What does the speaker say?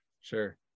sure